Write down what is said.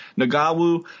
Nagawu